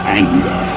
anger